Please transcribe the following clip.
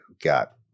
got